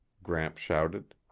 gramps shouted.